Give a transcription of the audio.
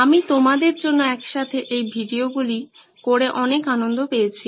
আমি তোমাদের জন্য একসাথে এই ভিডিওগুলি করে অনেক আনন্দ পেয়েছি